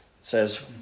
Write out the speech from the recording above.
says